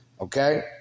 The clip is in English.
Okay